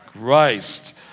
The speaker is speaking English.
Christ